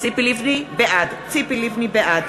בעד איפה היית בהצבעה?